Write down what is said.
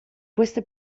queste